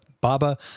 Baba